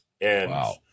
Wow